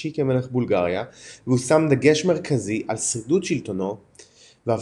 השלישי כמלך בולגריה והוא שם דגש מרכזי על שרידות שלטונו והבטחת